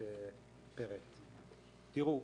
תראו,